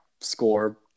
score